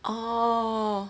orh